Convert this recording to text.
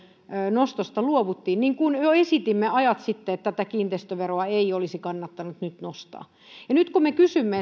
nostosta luovuttiin niin kuin me jo ajat sitten esitimme että tätä kiinteistöveroa ei olisi kannattanut nyt nostaa ja nyt me kysymme